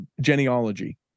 genealogy